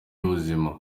y’ubuzima